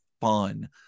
fun